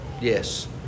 Yes